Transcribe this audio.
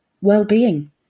well-being